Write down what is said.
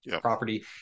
property